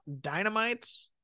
dynamites